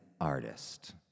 artist